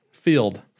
Field